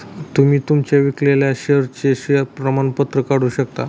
तुम्ही तुमच्या विकलेल्या शेअर्सचे शेअर प्रमाणपत्र काढू शकता